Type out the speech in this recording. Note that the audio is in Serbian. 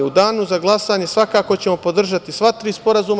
U Danu za glasanje, svakako ćemo podržati sva tri sporazuma.